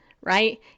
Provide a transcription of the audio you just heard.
right